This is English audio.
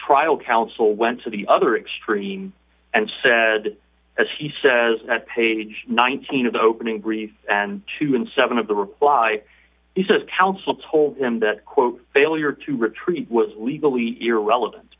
trial counsel went to the other extreme and said as he says at page nineteen of the opening brief and to in seven of the reply he says counsel told d him that quote failure to retreat was legally irrelevant